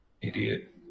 Idiot